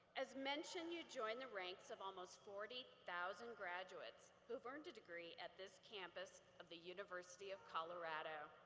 as mentioned, you join the ranks of almost forty thousand graduates who've earned a degree at this campus of the university of colorado.